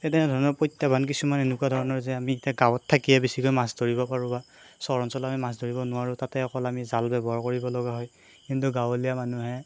তেনেধৰণৰ প্ৰত্যাহ্বান কিছুমান এনেকুৱা ধৰণৰ যে আমি এতিয়া গাঁৱত থাকিয়েই বেছিকৈ মাছ ধৰিব পাৰোঁ বা চৰ অঞ্চলত আমি মাছ ধৰিব নোৱাৰোঁ তাতে অকল আমি জাল ব্যৱহাৰ কৰিব লগা হয় কিন্তু গাঁৱলীয়া মানুহে